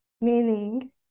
meaning